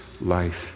life